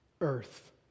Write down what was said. earth